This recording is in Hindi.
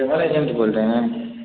ट्रैवेल एजेंट बोल रहे हैं